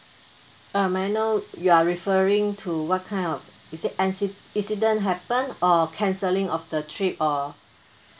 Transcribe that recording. uh may I know you are referring to what kind of is it incident happen or cancelling of the trip or